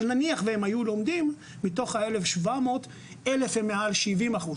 אבל נניח והם היו לומדים אז מתוך 1,700 יש כ-1,000 שהם מעל ל-70%.